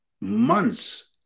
months